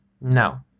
no